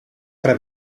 tre